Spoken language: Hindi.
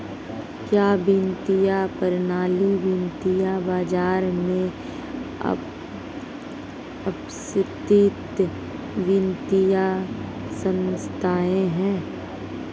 क्या वित्तीय प्रणाली वित्तीय बाजार में उपस्थित वित्तीय संस्थाएं है?